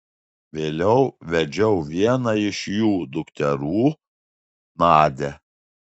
vėliau vedžiau vieną iš jų dukterų nadią